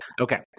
Okay